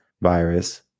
virus